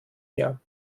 mehr